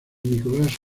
nicolás